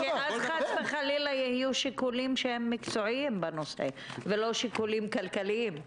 כי אז חס וחלילה יהיו שיקולים מקצועיים בנושא ולא שיקולים כלכליים.